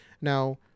Now